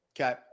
Okay